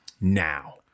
now